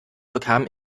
bekam